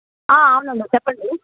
అవునమ్మా చెప్పండి